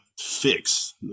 fix